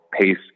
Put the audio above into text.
PACE